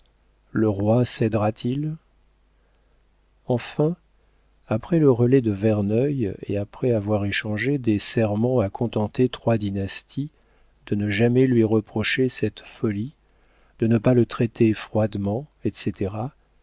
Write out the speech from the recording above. le roi cédera t il enfin après le relais de verneuil et après avoir échangé des serments à contenter trois dynasties de ne jamais lui reprocher cette folie de ne pas le traiter froidement etc